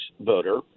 voter